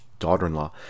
daughter-in-law